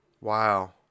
wow